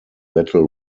battle